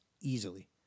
easily